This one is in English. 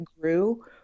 grew